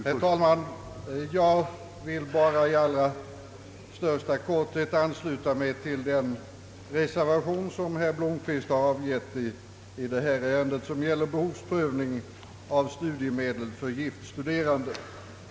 Herr talman! Jag vill bara i allra största korthet ansluta mig till den reservation som herr Blomquist avgett vid detta ärende, som gäller behovsprövning av studiemedel för gift studerande.